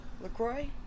LaCroix